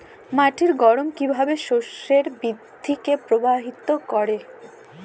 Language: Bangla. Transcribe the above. মাটির গঠন কীভাবে শস্যের বৃদ্ধিকে প্রভাবিত করে?